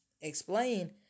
explain